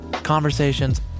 conversations